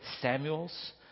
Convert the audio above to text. Samuels